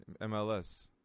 MLS